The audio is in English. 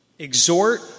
Exhort